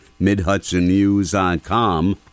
MidHudsonNews.com